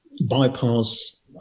bypass